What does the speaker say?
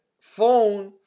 phone